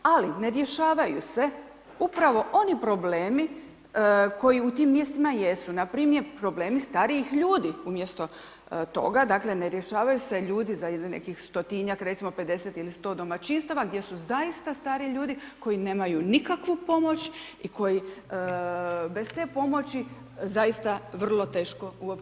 Ali, ne rješavaju se upravo oni problemi koji u tim mjestima jesu, npr. problemi starijih ljudi umjesto toga, dakle, ne rješavaju se ljudi za ili nekih stotinjak, recimo 50 ili 100 domaćinstava gdje su zaista stariji ljudi koji nemaju nikakvu pomoć i koji bez te pomoći zaista vrlo teško uopće preživljavaju.